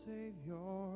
Savior